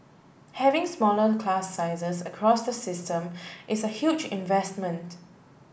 having smaller class sizes across the system is a huge investment